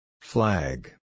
Flag